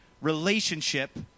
relationship